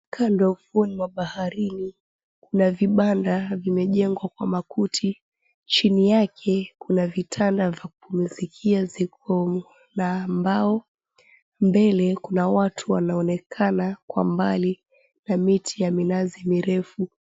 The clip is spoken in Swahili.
Kando ni ufuo wa baharii na vibanda vimejengwa kwa makuti, chini yake kuna vitanda vya kupumzikia viko na mbao, mbele kuna watu wanaonekana na miti ya minazi mirefu.